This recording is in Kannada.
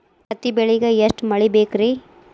ಹತ್ತಿ ಬೆಳಿಗ ಎಷ್ಟ ಮಳಿ ಬೇಕ್ ರಿ?